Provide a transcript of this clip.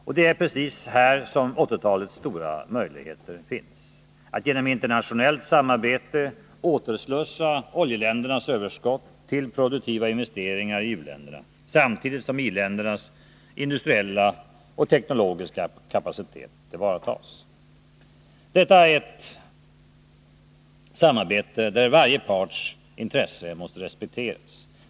Och det är precis här som 1980-talets stora möjlighet finns: att genom internationellt samarbete återslussa oljeländernas överskott till produktiva investeringar i u-länderna samtidigt som i-ländernas industriella och teknologiska kapacitet tillvaratas. Detta är ett samarbete där varje parts intressen måste respekteras.